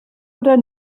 oder